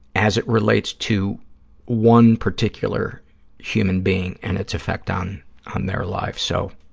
as it relates to one particular human being and its effect on on their life. so,